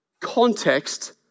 context